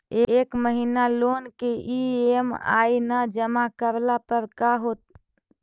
एक महिना लोन के ई.एम.आई न जमा करला पर का होतइ?